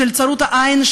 של צרות העין,